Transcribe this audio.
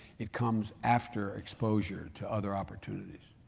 it comes after exposure to other opportunities.